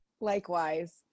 Likewise